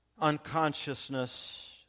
unconsciousness